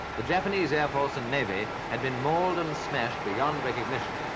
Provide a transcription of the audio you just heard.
the japanese air force and navy had been mauled and smashed beyond recognition.